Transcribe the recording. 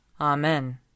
Amen